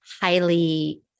highly